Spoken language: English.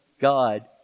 God